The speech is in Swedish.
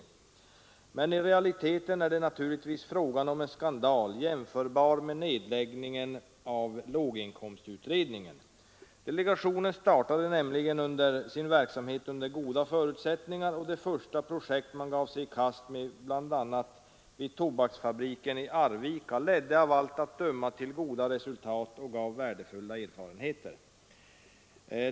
Men i realiteten är det naturligtvis fråga om en skandal, jämförbar med Delegationen startade nämligen sin verksamhet under goda förutsättningar och de första projekt man gav sig i kast med, bl.a. vid tobaksfabriken i Arvika, ledde av allt att döma till goda resultat och gav värdefulla erfarenheter.